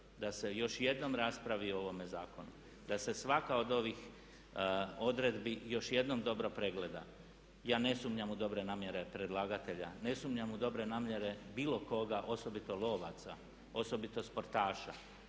da se još jednom raspravi o ovome zakonu, da se svaka od ovih odredbi još jednom dobro pregleda. Ja ne sumnjam u dobre namjere predlagatelja, ne sumnjam u dobre namjere bilo koga, osobito lovaca, osobito sportaša,